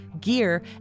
gear